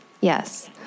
Yes